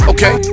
Okay